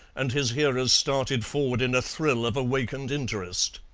and his hearers started forward in a thrill of awakened interest.